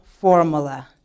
Formula